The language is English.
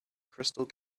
crystal